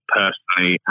personally